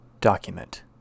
document